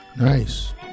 Nice